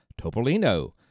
Topolino